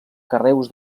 carreus